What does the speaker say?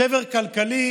שבר כלכלי,